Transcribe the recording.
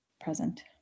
present